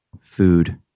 food